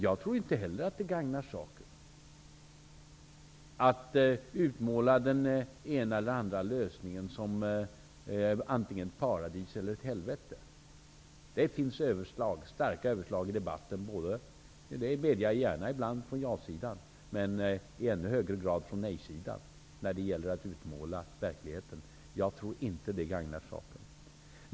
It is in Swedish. Jag tror inte heller att det gagnar saken att utmåla den ena eller andra lösningen som antingen ett paradis eller ett helvete. Det finns starka överslag i debatten när det gäller att utmåla verkligheten, både från ja-sidan i bland -- det medger jag gärna -- men i ännu högre grad från nej-sidan. Jag tror inte att det gagnar saken.